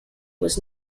was